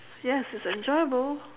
yes it's enjoyable